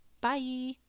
Bye